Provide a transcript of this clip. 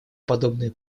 подобные